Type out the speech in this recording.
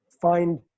find